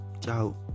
ciao